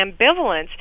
ambivalence